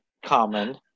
common